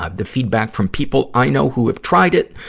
ah the feedback from people i know who have tried it,